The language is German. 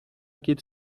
geht